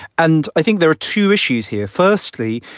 and i think there are two issues here. firstly,